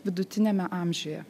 vidutiniame amžiuje